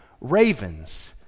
ravens